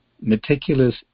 meticulous